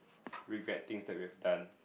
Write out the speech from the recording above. regret things that we've done